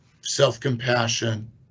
self-compassion